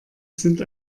sind